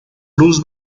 luz